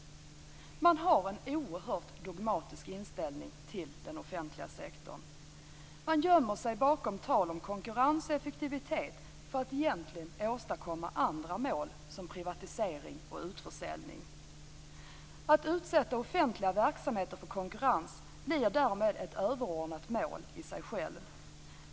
Man har en oerhört dogmatisk inställning till den offentliga sektorn. Man gömmer sig bakom tal om konkurrens och effektivitet för att egentligen uppnå andra mål såsom privatisering och utförsäljning. Att utsätta offentliga verksamheter för konkurrens blir därmed i sig ett överordnat mål.